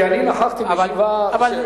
כי אני נכחתי בישיבה,